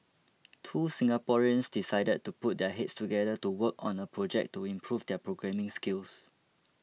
two Singaporeans decided to put their heads together to work on a project to improve their programming skills